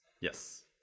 Yes